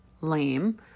lame